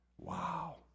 Wow